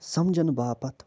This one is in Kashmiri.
سمجھنہٕ باپتھ